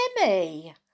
Timmy